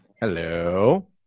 Hello